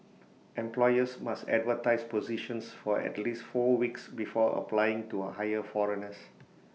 employers must advertise positions for at least four weeks before applying to A hire foreigners